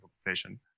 implementation